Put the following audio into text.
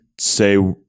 say